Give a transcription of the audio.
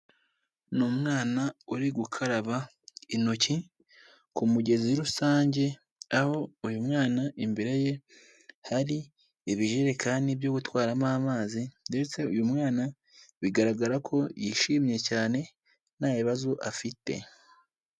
Ni umwana uri gukaraba intoki kumugezi rusange aho uyu mwana imbere ye hari ibijerekani byo gutwaramo amazi, ndetse uyu mwana bigaragara ko yishimye cyane nta bibazo afite.